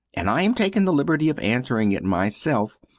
and i am taking the liberty of answering it myself,